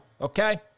okay